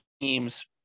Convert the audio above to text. team's